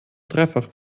dreifach